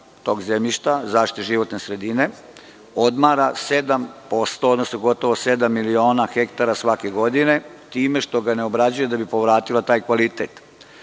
tog zemljišta, zaštite životne sredine, odmara 7%, gotovo sedam miliona hektara svake godine, time što ga ne obrađuje da bi povratila taj kvalitet. Mislim